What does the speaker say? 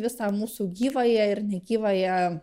visą mūsų gyvąją ir negyvąją